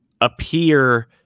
appear